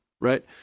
right